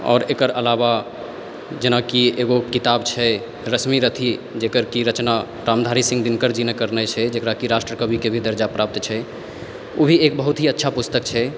आओर एकर अलावा जेना कि एगो किताब छै रश्मिरथी जेकर की रचना रामधारी सिंह दिनकर जी ने करने छै जेकरा कि राष्ट्रकविके भी दर्जा प्राप्त छै ओ भी एक बहुत ही अच्छा पुस्तक छै